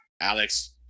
Alex